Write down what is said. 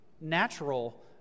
natural